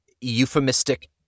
euphemistic